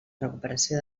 recuperació